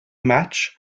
match